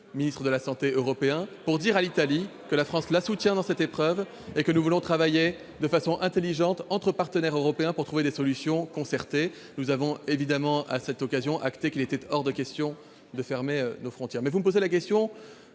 ministres de la santé européens, pour dire à l'Italie que la France la soutient dans cette épreuve et que nous voulons travailler de façon intelligente, entre partenaires européens, pour trouver des solutions concertées. Nous avons évidemment, à cette occasion, acté qu'il était hors de question de fermer nos frontières. Vous m'interrogez à la fois